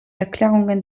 erklärungen